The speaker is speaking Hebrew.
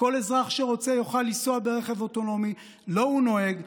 כל אזרח שרוצה יוכל לנסוע ברכב אוטונומי: לא הוא נוהג,